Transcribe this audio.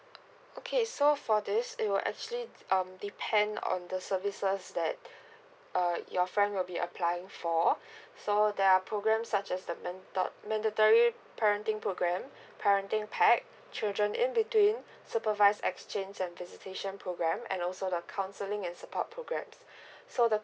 okay so for this it will actually um depend on the services that uh your friend will be applying for so there are programs such as the mando~ mandatory parenting program parenting packed children in between supervise exchange and visitation program and also the counselling and support programs so the